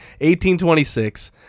1826